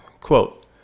quote